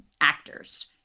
actors